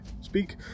speak